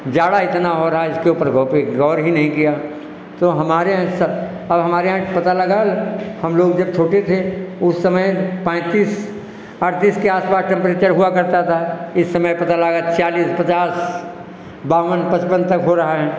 जाड़ा इतना हो रहा इसके ऊपर गौ पर गौर ही नहीं किया तो हमारे यहाँ अब हमारे यहाँ पता लगा हम लोग जब छोटे थे उस समय पैंतीस अड़तीस के आस पास टेम्परेचर हुआ करता था इस समय पता लगा चालीस पचास बावन पचपन तक हो रहा है